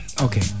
Okay